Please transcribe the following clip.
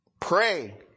Pray